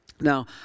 Now